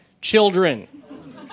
children